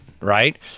right